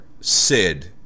Sid